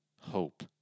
hope